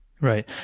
Right